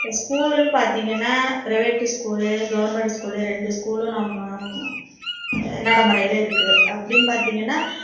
இந்த ஸ்கூலுன்னு பார்த்திங்கன்னா ப்ரைவேட்டு ஸ்கூலு கவுர்மெண்டு ஸ்கூலு ரெண்டு ஸ்கூலும் நம்ம நடைமொறையில இருக்குது அப்படின்னு பார்த்திங்கன்னா